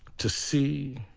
to see